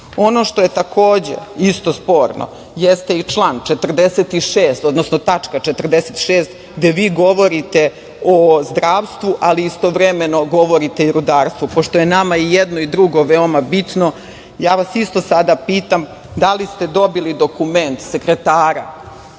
što je takođe isto sporno jeste i član 46, odnosno tačka 46. gde vi govorite o zdravstvu, ali istovremeno govoriti i o rudarstvu, pošto je nama jedno i drugo veoma bitno. Sada vas isto pitam, da li ste dobili dokument sekretara